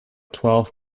twelve